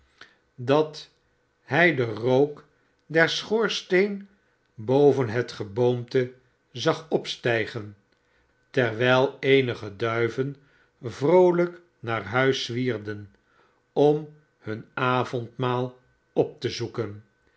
dat hij den rook der schoorsteenen boven het geboomte zag opstijgen terwijl eenige duiven vroolijk naar huis zwierden om hun avondmaal op te zoeken